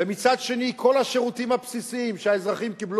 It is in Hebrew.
ומצד שני כל השירותים הבסיסיים שהאזרחים מקבלים